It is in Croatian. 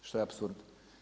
Što je apsurd.